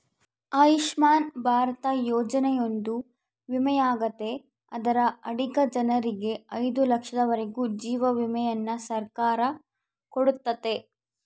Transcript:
ಆಯುಷ್ಮನ್ ಭಾರತ ಯೋಜನೆಯೊಂದು ವಿಮೆಯಾಗೆತೆ ಅದರ ಅಡಿಗ ಜನರಿಗೆ ಐದು ಲಕ್ಷದವರೆಗೂ ಜೀವ ವಿಮೆಯನ್ನ ಸರ್ಕಾರ ಕೊಡುತ್ತತೆ